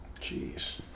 Jeez